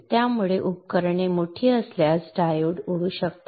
त्यामुळे उपकरणे मोठी असल्यास डायोड उडू शकतात